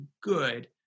good